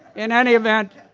in any event,